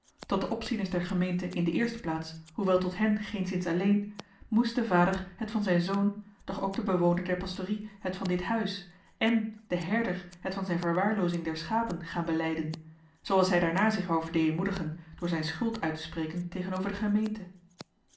tot de opzieners der gemeente in de eerste plaats hoewel tot hen geenszins alleen moest de vader het van zijn zoon doch ook de bewoner der pastorie het van dit huis èn de herder het van zijn verwaarloozing der schapen gaan belijden zooals hij daarna zich zou verdeemoedigen door zijn schuld uit te spreken tegenover de gemeente